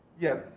Yes